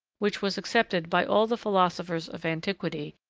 which was accepted by all the philosophers of antiquity,